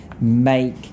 make